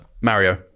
Mario